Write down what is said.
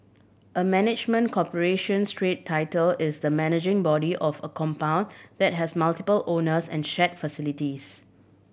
a management corporation strata title is the managing body of a compound that has multiple owners and share facilities